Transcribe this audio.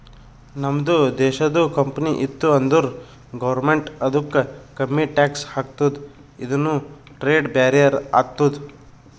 ನಮ್ದು ದೇಶದು ಕಂಪನಿ ಇತ್ತು ಅಂದುರ್ ಗೌರ್ಮೆಂಟ್ ಅದುಕ್ಕ ಕಮ್ಮಿ ಟ್ಯಾಕ್ಸ್ ಹಾಕ್ತುದ ಇದುನು ಟ್ರೇಡ್ ಬ್ಯಾರಿಯರ್ ಆತ್ತುದ